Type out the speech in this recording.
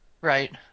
right